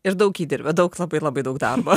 ir daug įdirbio daug labai labai daug darbo